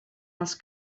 els